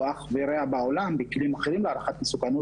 אח ורע בעולם בכלים אחרים להערכת מסוכנות,